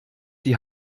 die